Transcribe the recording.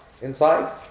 inside